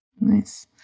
Nice